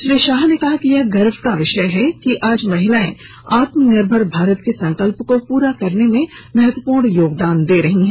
श्री शाह ने कहा कि यह गर्व का विषय है कि आज महिलाएं आत्मनिर्भर भारत के संकल्प को पूरा करने में महत्वपूर्ण योगदान दे रही हैं